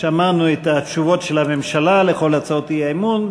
שמענו את התשובות של הממשלה על כל הצעות האי-אמון,